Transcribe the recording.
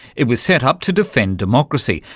it was set up to defend democracy,